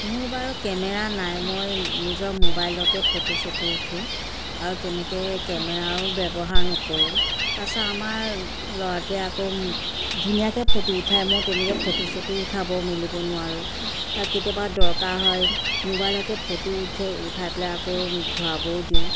মোৰ বাৰু কেমেৰা নাই মই নিজৰ ম'বাইলতে ফটো চটো উঠো আৰু তেনেকৈ কেমেৰাৰো ব্যৱহাৰ নকৰোঁ তাৰ পাছত আমাৰ ল'ৰাটোৱে আকৌ ধুনীয়াকৈ ফটো উঠাই মই তেনেকৈ ফটো চটো উঠাব মেলিব নোৱাৰোঁ আৰু কেতিয়াবা দৰকাৰ হয় ম'বাইলতে ফটো উঠে উঠাই পেলাই আকৌ ধুৱাবও দিওঁ